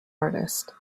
artist